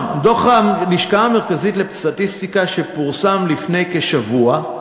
דוח הלשכה המרכזית לסטטיסטיקה, שפורסם לפני כשבוע,